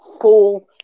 full